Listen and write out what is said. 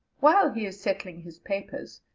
while he is settling his papers,